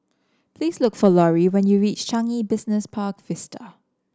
please look for Lori when you reach Changi Business Park Vista